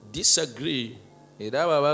disagree